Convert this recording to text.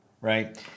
right